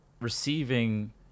receiving